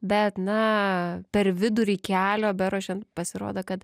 bet na per vidurį kelio beruošiant pasirodo kad